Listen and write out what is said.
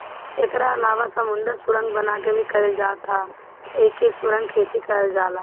एकरा अलावा समुंदर सुरंग बना के भी कईल जात ह एके सुरंग खेती कहल जाला